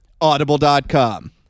audible.com